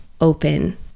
open